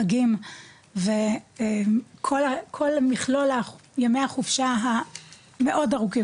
חגים וכל מכלול ימי החופשה המאוד ארוכים